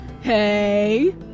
Hey